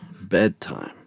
Bedtime